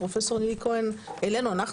וגם פרופ' נילי כהן העלתה,